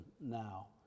now